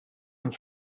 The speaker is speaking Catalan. amb